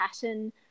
pattern